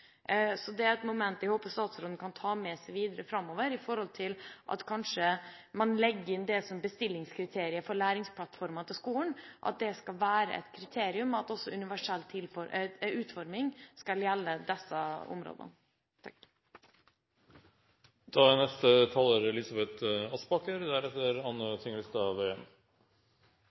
Så dette er et moment jeg håper statsråden kan ta med seg videre framover på den måten at man kanskje legger det inn som bestillingskriterium for læringsplattformer til skolen, at det skal være et kriterium at også universell utforming skal gjelde disse områdene.